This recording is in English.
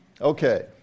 Okay